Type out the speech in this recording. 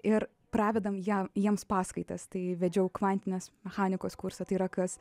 ir pravedame jam jiems paskaitas tai vedžiau kvantinės mechanikos kursą tai yra kas